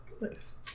nice